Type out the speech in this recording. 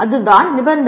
அதுதான் நிபந்தனை